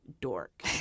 dork